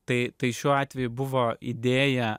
tai tai šiuo atveju buvo idėją